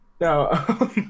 no